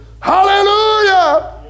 Hallelujah